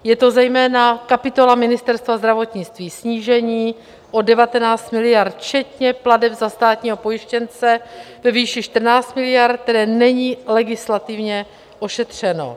Je to zejména kapitola Ministerstva zdravotnictví snížení o 19 miliard, včetně plateb za státního pojištěnce ve výši 14 miliard, které není legislativně ošetřeno.